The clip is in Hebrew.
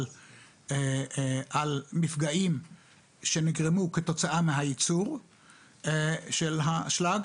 מפגעים שנגרמו כתוצאה מהייצור של האשלג,